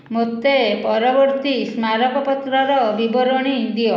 ମୋତେ ପରବର୍ତ୍ତୀ ସ୍ମାରକପତ୍ରର ବିବରଣୀ ଦିଅ